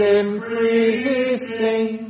increasing